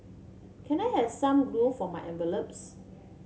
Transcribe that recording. can I have some glue for my envelopes